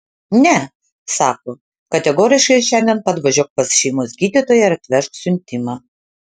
ne sako kategoriškai šiandien pat važiuok pas šeimos gydytoją ir atvežk siuntimą